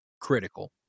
critical